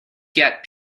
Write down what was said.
get